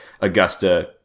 Augusta